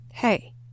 Hey